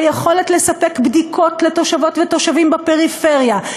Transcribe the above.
היכולת לספק בדיקות לתושבות ותושבים בפריפריה,